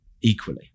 equally